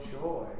joy